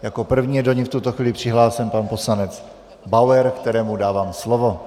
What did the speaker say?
Jako první je do ní v tuto chvíli přihlášen pan poslanec Bauer, kterému dávám slovo.